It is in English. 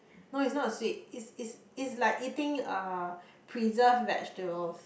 no it's not sweet it's it's it's like eating uh preserved vegetables